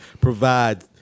provide